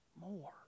more